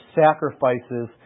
sacrifices